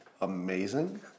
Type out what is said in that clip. amazing